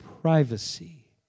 privacy